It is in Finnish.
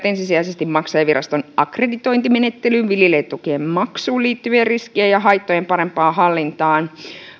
ensisijaisesti maksajaviraston akkreditointimenettelyyn viljelijätukien maksuun liittyvien riskien ja haittojen parempaan hallintaan